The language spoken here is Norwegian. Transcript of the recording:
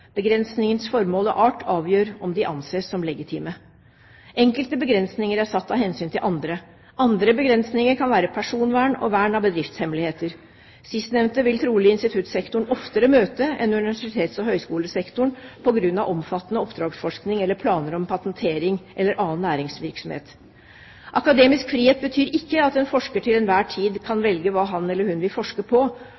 formål og art avgjør om de anses som legitime. Enkelte begrensninger er satt av hensyn til andre. Andre begrensninger kan være personvern og vern av bedriftshemmeligheter. Sistnevnte vil trolig instituttsektoren oftere møte enn universitets- og høyskolesektoren på grunn av omfattende oppdragsforskning eller planer om patentering eller annen næringsvirksomhet. Akademisk frihet betyr ikke at en forsker til enhver tid kan